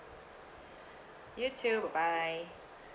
you too bye bye